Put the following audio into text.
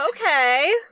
Okay